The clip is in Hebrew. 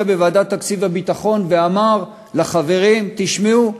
בוועדת תקציב הביטחון ואמר לחברים: תשמעו,